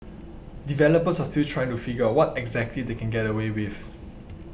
developers are still trying to figure out what exactly they can get away with